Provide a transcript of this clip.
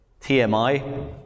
TMI